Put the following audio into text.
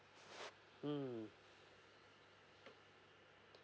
mm